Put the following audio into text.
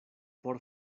por